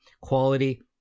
quality